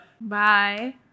Bye